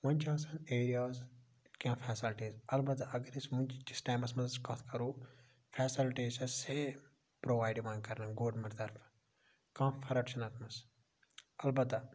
وۄنۍ چھِ آسان ایریاہَس کینٛہہ فیسَلٹی البتہٕ اگر أسۍ ونکِکِس ٹایمَس مَنٛز کتھ کَرو فیسَلٹیٖز چھ سیم پرووایِڈ یِوان کَرنہٕ گورمنٹ طَرفہٕ کانٛہہ فَرَق چھےٚ نہٕ اتھ مَنٛز اَلبَتہ